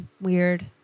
weird